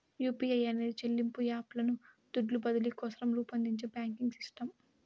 UPI అనేది చెల్లింపు app లను దుడ్లు బదిలీ కోసరం రూపొందించే బాంకింగ్ సిస్టమ్